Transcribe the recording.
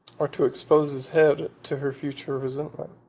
or to expose his head to her future resentment.